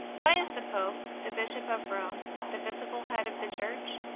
why is the pope, the bishop of rome, the visible head of the church?